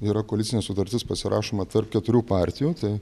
yra koalicinė sutartis pasirašoma tarp keturių partijų tai